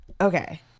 Okay